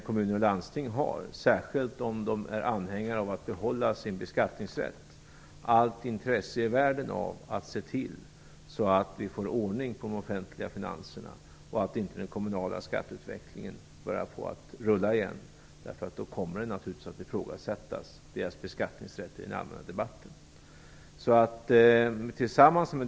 Kommuner och landsting har, särskilt om de är angelägna om att behålla sin beskattningsrätt, allt intresse i världen att se till att vi får ordning på de offentliga finanserna, så att den kommunala skatteutvecklingen inte börjar rulla igen. Annars kommer naturligtvis deras beskattningsrätt att ifrågasättas i den allmänna debatten.